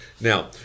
Now